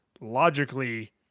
logically